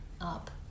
up